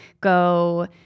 go